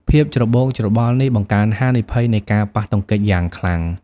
ភាពច្របូកច្របល់នេះបង្កើនហានិភ័យនៃការប៉ះទង្គិចយ៉ាងខ្លាំង។